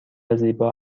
زیبا